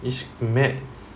is mad